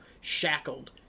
shackled